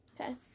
Okay